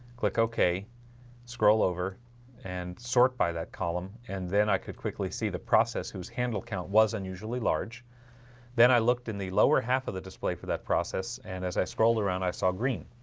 click ok scroll over and sort by that column and then i could quickly see the process whose handle count was unusually large then i looked in the lower half of the display for that process. and as i scrolled around i saw green